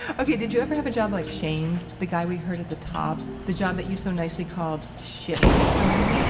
okay, did you ever have a job like chayne's, the guy we heard at the top the job that you so nicely called shit stirring. and